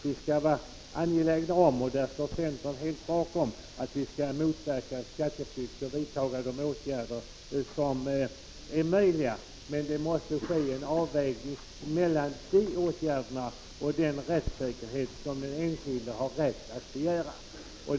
Vi skall vara angelägna om — och där står centern enig — att motverka skatteflykt och vidta de åtgärder som är möjliga, men det måste ske en avvägning mellan dessa åtgärder och den rättssäkerhet som den enskilde har rätt att begära.